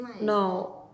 No